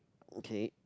okay